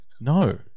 no